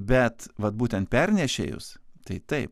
bet vat būtent pernešėjus tai taip